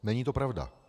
Není to pravda.